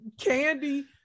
Candy